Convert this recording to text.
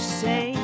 say